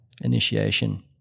initiation